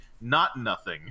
not-nothing